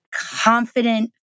confident